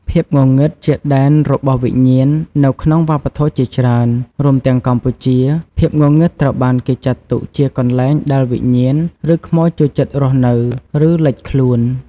ភាពងងឹតជាដែនរបស់វិញ្ញាណ នៅក្នុងវប្បធម៌ជាច្រើន រួមទាំងកម្ពុជា ភាពងងឹតត្រូវបានគេចាត់ទុកជាកន្លែងដែលវិញ្ញាណ ឬខ្មោចចូលចិត្តរស់នៅ ឬលេចខ្លួន ។